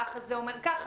לזה, האח הזה אומר ככה.